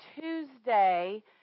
Tuesday